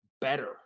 better